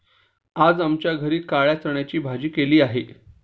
आज आमच्या घरी काळ्या चण्याची भाजी केलेली आहे